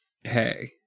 Hey